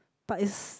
but is